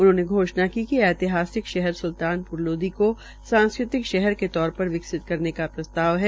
उन्होंने घोषणा की कि ऐतिहासिक शहर सुल्तानपुर लोदी को सांस्कृतिक शहर के तौर पर विकसित करने का प्रस्ताव है